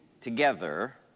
together